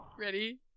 Ready